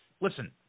Listen